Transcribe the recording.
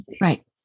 right